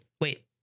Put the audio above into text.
Wait